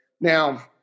now